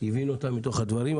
הבין אותם מתוך הדברים.